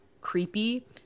creepy